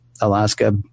Alaska